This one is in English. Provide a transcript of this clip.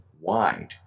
wide